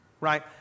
right